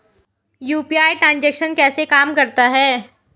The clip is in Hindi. यू.पी.आई ट्रांजैक्शन कैसे काम करता है?